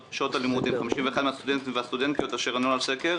ו-62% מהסטודנטים והסטודנטיות שענו על הסקר